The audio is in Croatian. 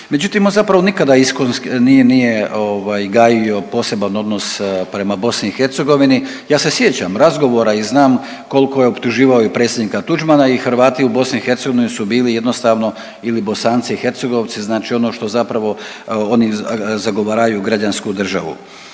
Međutim, on zapravo nikada iskonski nije, nije gajio poseban odnos prema BiH. Ja se sjećam razgovora i znam koliko je optuživao i predsjednika Tuđmana i Hrvati u BiH su bili jednostavno ili Bosanci i Hercegovci, znači ono što zapravo oni zagovaraju građansku državu,